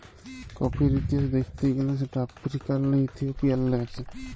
কফির ইতিহাস দ্যাখতে গ্যালে সেট আফ্রিকাল্লে ইথিওপিয়াল্লে আস্যে